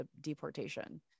deportation